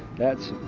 that's,